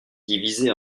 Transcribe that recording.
divisé